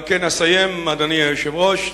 לכן, אדוני היושב-ראש,